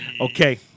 Okay